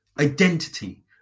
identity